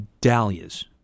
dahlias